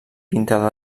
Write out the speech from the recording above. pintada